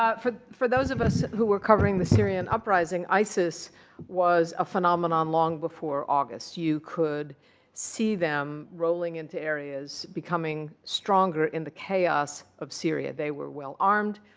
ah for for those of us who were covering the syrian uprising, isis was a phenomenon long before august. you could see them rolling into areas, becoming stronger in the chaos of syria. they were well armed.